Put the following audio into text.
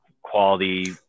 quality